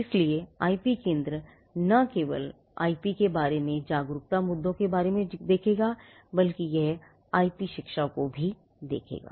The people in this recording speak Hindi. इसलिए आईपी केंद्र न केवल आईपी के बारे में जागरूकता के मुद्दों के बारे में जागरूकता को देखेगा बल्कि यह आईपी शिक्षा को भी देखेगा